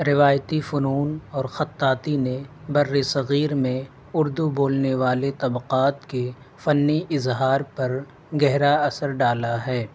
روایتی فنون اور خطاطی نے برصغیر میں اردو بولنے والے طبقات کے فنی اظہار پر گہرا اثر ڈالا ہے